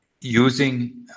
using